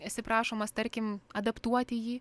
esi prašomas tarkim adaptuoti jį